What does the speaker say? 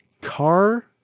car